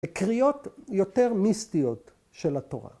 ‫קריאות יותר מיסטיות של התורה.